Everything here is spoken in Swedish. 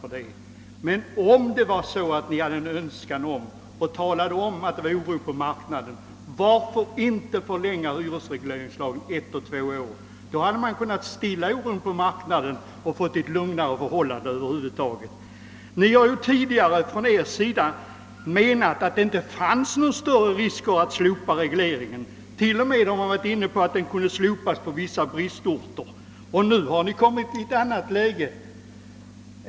Men om ni visste att det var oro på marknaden och önskade stilla den, varför anslöt ni er då inte till förslaget att förlänga hyresregleringslagen med ett eller två år? Därmed hade vi kunnat stilla oron på marknaden och kunnat få lugnare förhållanden över huvud taget. Ni har ju tidigare på ert håll menat att det inte var några större risker förenade med ett slopande av regleringen — ni har t.o.m. varit inne på att den skulle kunna slopas på vissa bristorter. Nu har ni ändrat uppfattning.